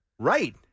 Right